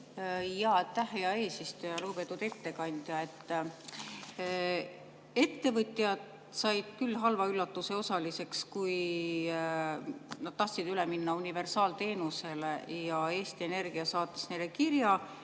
Aitäh, hea eesistuja! Lugupeetud ettekandja! Ettevõtjad said halva üllatuse osaliseks, kui nad tahtsid üle minna universaalteenusele. Eesti Energia saatis neile kirja,